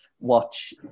watch